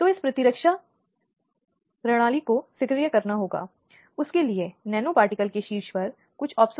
इसलिए महिलाओं के अधिकारों और हितों की रक्षा के लिए बच्चों के साथ साथ कई प्रावधान भी शामिल किए गए हैं